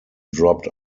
dropped